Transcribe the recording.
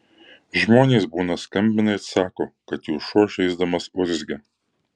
žmonės būna skambina ir sako kad jų šuo žaisdamas urzgia